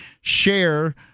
share